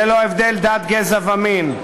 ללא הבדל דת, גזע ומין.